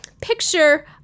Picture